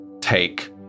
take